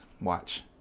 watch